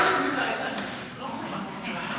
די, זה לא מכובד.